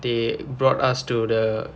they brought us to the